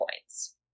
points